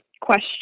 question